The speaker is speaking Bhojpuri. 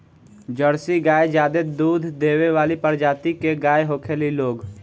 जर्सी गाय ज्यादे दूध देवे वाली प्रजाति के गाय होखेली लोग